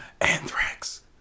Anthrax